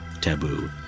taboo